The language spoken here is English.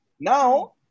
Now